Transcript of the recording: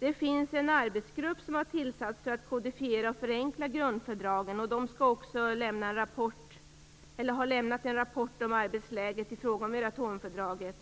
En arbetsgrupp har tillsatts med uppgift att kodifiera och förenkla grundfördragen. De har lämnat en rapport om arbetsläget i fråga om Euratomfördraget.